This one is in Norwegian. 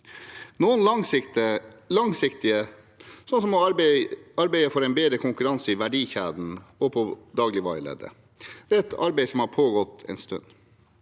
noen langsiktige, som å arbeide for en bedre konkurranse i verdikjeden og i dagligvareleddet. Det er et arbeid som har pågått en stund.